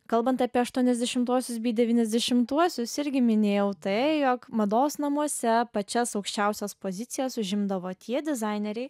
kalbant apie aštuoniasdešimtuosius bei devyniasdešimtuosius irgi minėjau tai jog mados namuose pačias aukščiausias pozicijas užimdavo tie dizaineriai